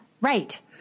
Right